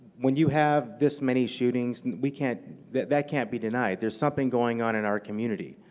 when you have this many shootings, we can't that that can't be denied. there is something going on in our community.